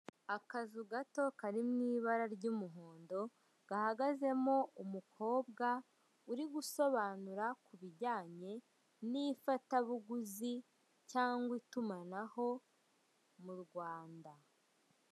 Akazu gato kari mu ibara ry'umuhondo, gahagazemo umukobwa uri gusobanura ku bijyanye n'ifatabuguzi cyangwa itumanaho mu Rwanda.